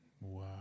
Wow